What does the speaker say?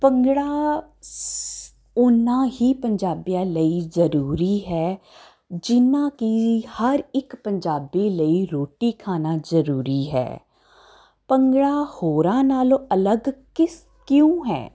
ਭੰਗੜਾ ਸ ਉਨਾ ਹੀ ਪੰਜਾਬੀਆ ਲਈ ਜ਼ਰੂਰੀ ਹੈ ਜਿੰਨਾ ਕਿ ਹਰ ਇੱਕ ਪੰਜਾਬੀ ਲਈ ਰੋਟੀ ਖਾਣਾ ਜ਼ਰੂਰੀ ਹੈ ਭੰਗੜਾ ਹੋਰਾਂ ਨਾਲੋਂ ਅਲੱਗ ਕਿਸ ਕਿਉਂ ਹੈ